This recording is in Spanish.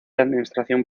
administración